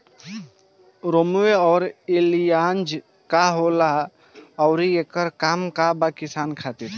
रोम्वे आउर एलियान्ज का होला आउरएकर का काम बा किसान खातिर?